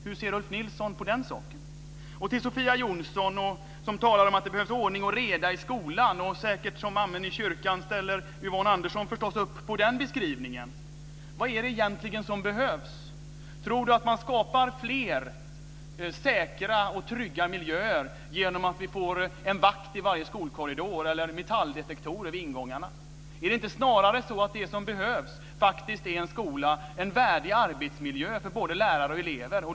Hur ser Ulf Nilsson på den saken? Till Sofia Jonsson, som talade om att det behövs ordning och reda i skolan - säkert som amen i kyrkan ställer Yvonne Andersson förstås upp på den beskrivningen - vill jag säga: Vad är det egentligen som behövs? Tror Sofia Jonsson att man skapar fler säkra och trygga miljöer genom att placera en vakt i varje skolkorridor eller metalldetektorer vid ingångarna? Är det inte snarare så att det som behövs faktiskt är en skola som är en värdig arbetsmiljö för både lärare och elever?